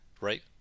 right